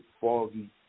foggy